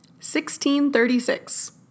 1636